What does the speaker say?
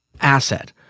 asset